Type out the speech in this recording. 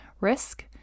risk